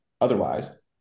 otherwise